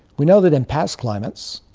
we know that in past climates,